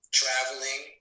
traveling